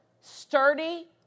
sturdy